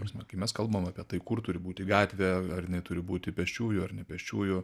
prasme kai mes kalbam apie tai kur turi būti gatvė ar jinai turi būti pėsčiųjų ar ne pėsčiųjų